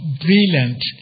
brilliant